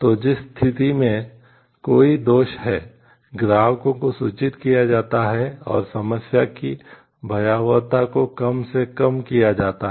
तो जिस स्थिति में कोई दोष है ग्राहकों को सूचित किया जाता है और समस्या की भयावहता को कम से कम किया जाता है